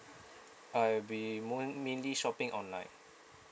I'll be mainly shopping online